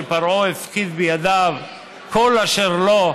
שפרעה הפקיד בידיו כל אשר לו,